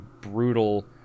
brutal